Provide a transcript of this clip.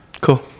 cool